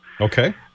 Okay